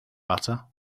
butter